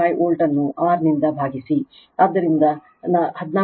85 volt ಅನ್ನು R ನಿಂದ ಭಾಗಿಸಿ ಆದ್ದರಿಂದ 14